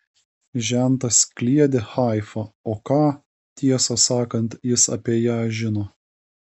žentas kliedi haifa o ką tiesą sakant jis apie ją žino